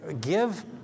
Give